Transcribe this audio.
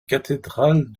cathédrale